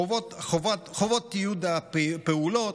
חובות תיעוד הפעולות,